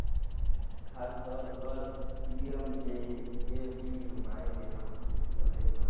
खासतौर पर पी.एम.जे.जे.बी.वाई बदे होला